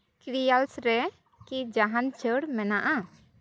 cereals ᱨᱮ ᱠᱤ ᱡᱟᱦᱟᱱ ᱪᱷᱟᱹᱲ ᱢᱮᱱᱟᱜᱼᱟ